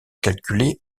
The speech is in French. calculée